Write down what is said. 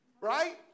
Right